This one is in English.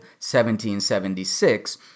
1776